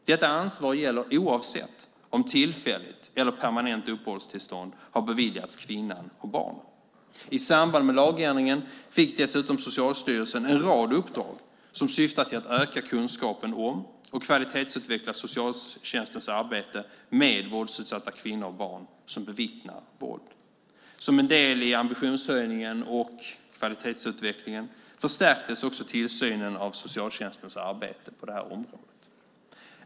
Detta ansvar gäller oavsett om tillfälligt eller permanent uppehållstillstånd har beviljats kvinnan och barnen. I samband med lagändringen fick dessutom Socialstyrelsen en rad uppdrag som syftar till att öka kunskapen om och kvalitetsutveckla socialtjänstens arbete med våldsutsatta kvinnor och barn som bevittnar våld. Som en del i ambitionshöjningen och kvalitetsutvecklingen förstärktes också tillsynen av socialtjänstens arbete på det här området.